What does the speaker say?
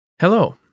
Hello